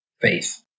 faith